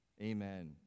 Amen